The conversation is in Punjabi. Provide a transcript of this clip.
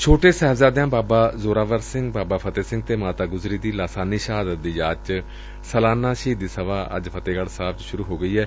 ਛੋਟੇ ਸਾਹਿਬਜ਼ਾਦਿਆਂ ਬਾਬਾ ਜ਼ੋਰਾਵਰ ਸਿੰਘ ਬਾਬਾ ਫਤਹਿ ਸਿੰਘ ਅਤੇ ਮਾਤਾ ਗੁਜਰੀ ਦੀ ਲਾਸਾਨੀ ਸ਼ਹਾਦਤ ਦੀ ਯਾਦ ਚ ਸਾਲਾਨਾ ਸ਼ਹੀਦੀ ਸਭਾ ਅੱਜ ਫਤਹਿਗੜ੍ ਸਾਹਿਬ ਚ ਸੁਰੂ ਹੋ ਗਈ ਏ